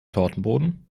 tortenboden